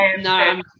no